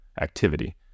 activity